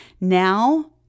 now